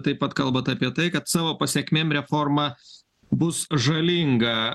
taip pat kalbate apie tai kad savo pasekmėm reforma bus žalinga